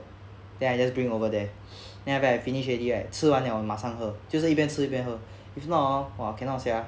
then I just bring over there then when I finish already right 吃完 liao 马上喝就是一边吃一边喝 if not oh !wah! cannot sia